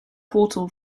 portal